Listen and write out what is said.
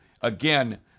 again